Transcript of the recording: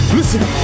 Listen